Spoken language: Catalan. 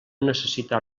necessita